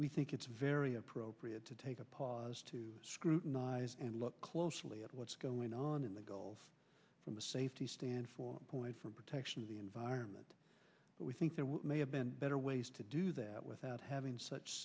we think it's very appropriate to take a pause to scrutinize and look closely at what's going on in the gulf from the safety stand for point for protection of the environment that we think there may have been better ways to do that without having such